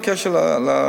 עכשיו בקשר לתשובה,